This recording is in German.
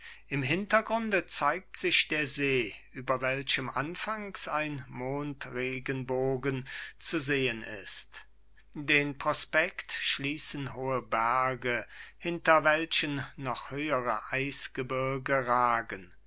im hintergrund zeigt sich der see über welchem anfangs ein mondregenbogen zu sehen ist den prospekt schliessen hohe berge hinter welchen noch höhere eisgebirge ragen